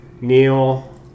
Neil